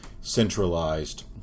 centralized